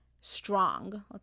strong